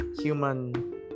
human